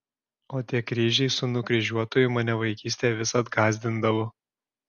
o tie kryžiai su nukryžiuotuoju mane vaikystėje visad gąsdindavo